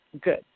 good